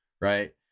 Right